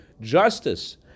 justice